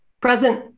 Present